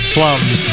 Slums